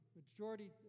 majority